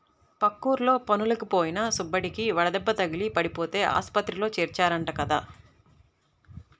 పక్కూర్లో పనులకి పోయిన సుబ్బడికి వడదెబ్బ తగిలి పడిపోతే ఆస్పత్రిలో చేర్చారంట కదా